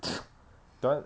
that [one]